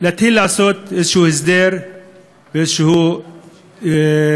להתחיל לעשות איזה הסדר ואיזו תוכנית